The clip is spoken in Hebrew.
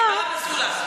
את באה.